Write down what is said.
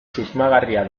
susmagarria